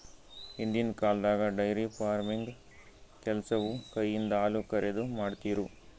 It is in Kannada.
ಹಿಂದಿನ್ ಕಾಲ್ದಾಗ ಡೈರಿ ಫಾರ್ಮಿನ್ಗ್ ಕೆಲಸವು ಕೈಯಿಂದ ಹಾಲುಕರೆದು, ಮಾಡ್ತಿರು